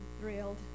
thrilled